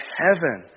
heaven